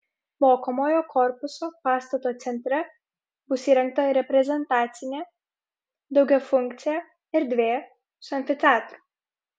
mokomojo korpuso pastato centre bus įrengta reprezentacinė daugiafunkcė erdvė su amfiteatru